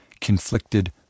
Conflicted